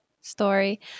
story